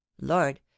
lord